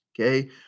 Okay